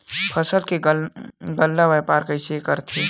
फसल के गल्ला व्यापार कइसे करथे?